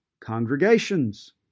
congregations